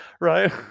right